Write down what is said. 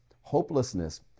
hopelessness